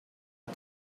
but